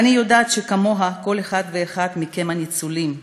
ואני יודעת שכמוה כל אחד ואחד מכם, הניצולים,